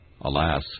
Alas